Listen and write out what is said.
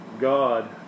God